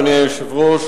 אדוני היושב-ראש,